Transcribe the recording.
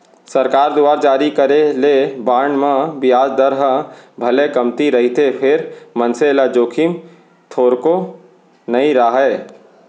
सरकार दुवार जारी करे गे बांड म बियाज दर ह भले कमती रहिथे फेर मनसे ल जोखिम थोरको नइ राहय